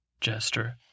Jester